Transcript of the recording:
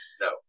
No